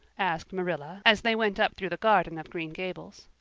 asked marilla as they went up through the garden of green gables.